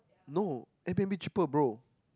no air-b_n_b cheaper bro